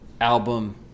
album